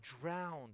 drowned